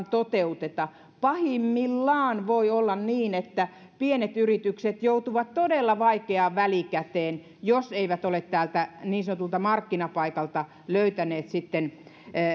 toteuteta pahimmillaan voi olla niin että pienet yritykset joutuvat todella vaikeaan välikäteen jos ne eivät ole täältä niin sanotulta markkinapaikalta löytäneet sitten